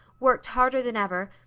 worked harder than ever,